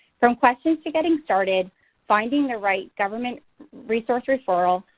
some questions to getting started finding the right government resource referral,